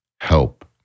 help